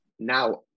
Now